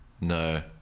No